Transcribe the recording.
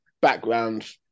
backgrounds